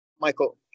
Michael